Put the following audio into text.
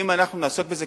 אם אנחנו נעסוק בזה,